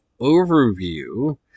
overview